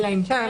אלא אם כן?